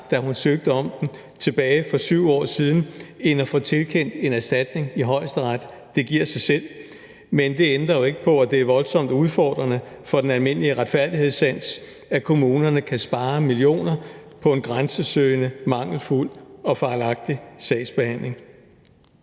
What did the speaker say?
da hun søgte om den tilbage for 7 år siden, end at få tilkendt en erstatning i Højesteret. Det giver sig selv. Men det ændrer jo ikke på, at det er voldsomt udfordrende for den almindelige retfærdighedssans, at kommunerne kan spare millioner på en grænsesøgende, mangelfuld og fejlagtig sagsbehandling.